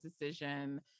decision